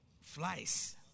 Flies